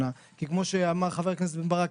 כמו שאמר חבר הכנסת בן ברק,